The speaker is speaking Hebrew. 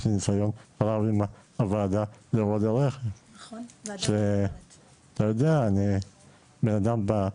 יש לי ניסיון רב עם הוועדה ל --- בן אדם בא,